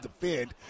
defend